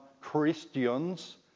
Christians